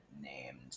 named